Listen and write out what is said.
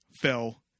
fell